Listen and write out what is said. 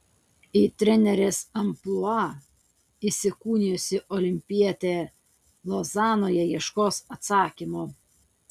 į trenerės amplua įsikūnijusi olimpietė lozanoje ieškos atsakymo